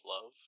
Love